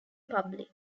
public